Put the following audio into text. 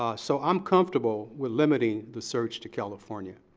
ah so i'm comfortable with limiting the search to california.